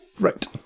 right